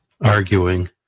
Arguing